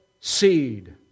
seed